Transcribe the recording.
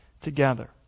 together